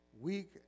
week